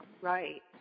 Right